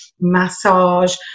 massage